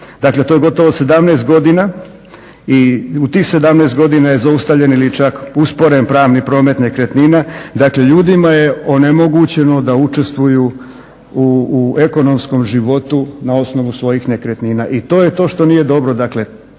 Dakle, to je gotovo 17 godina. I u tih 17 godina je zaustavljeno ili čak usporen pravni promet nekretnina. Dakle, ljudima je onemogućeno da učestvuju u ekonomskom životu na osnovu svojih nekretnina. I to je to što nije dobro. Dakle